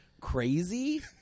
crazy